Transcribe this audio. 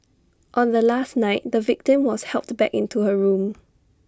on the last night the victim was helped back into her room